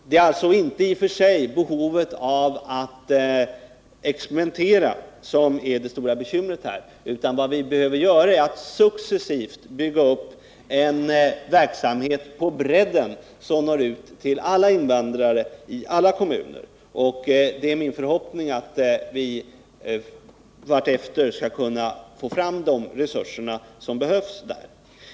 Det är alltså inte i och för sig behovet av att experimentera som är det stora bekymret här, utan vad vi behöver göra är att successivt bygga upp en verksamhet på bredden, som når ut till alla invandrare i alla kommuner. Det är min förhoppning att vi vartefter skall kunna få fram de resurser som behövs där.